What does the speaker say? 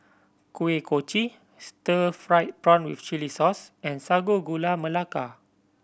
Kuih Kochi stir fried prawn with chili sauce and Sago Gula Melaka